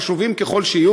חשובים ככל שיהיו,